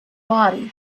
body